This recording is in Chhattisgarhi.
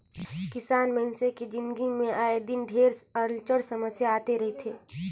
किसान मइनसे के जिनगी मे आए दिन ढेरे अड़चन समियसा आते रथे